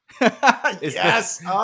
Yes